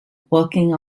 walking